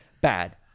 bad